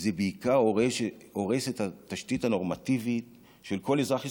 וזה בעיקר הורס את התשתית הנורמטיבית של כל אזרח ישראלי,